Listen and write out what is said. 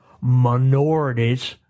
minorities